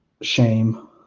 shame